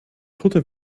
tote